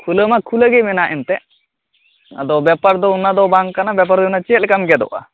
ᱠᱷᱩᱞᱟᱹᱣ ᱢᱟ ᱠᱷᱩᱞᱟᱹᱣ ᱜᱮ ᱢᱮᱱᱟᱜ ᱮᱱᱛᱮᱫ ᱟᱫᱚ ᱵᱮᱯᱟᱨ ᱫᱚ ᱚᱱᱟ ᱫᱚ ᱵᱟᱝ ᱠᱟᱱᱟ ᱵᱮᱯᱟᱨ ᱫᱚ ᱪᱮᱫ ᱞᱮᱠᱟᱢ ᱜᱮᱫᱚᱜᱼᱟ